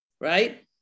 right